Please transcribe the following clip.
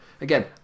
Again